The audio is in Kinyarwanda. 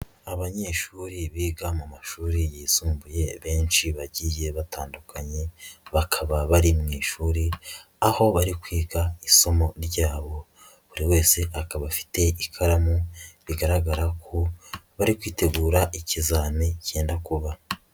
Abanyeshuri biga mu mashuri yisumbuye benshi bagiye batandukanye, bakaba bari mu ishuri, aho bari kwiga isomo ryabo buri wese akaba afite ikaramu, rigaragara ko baritegura ikizami cyenda kuba.